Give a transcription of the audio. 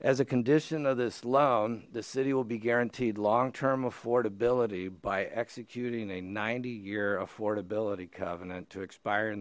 as a condition of this loan the city will be guaranteed long term affordability by executing a ninety year affordability covenant to expire